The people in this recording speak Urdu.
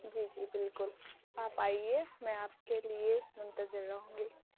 جی جی بالکل آپ آئیے میں آپ کے لیے منتظر رہوں گی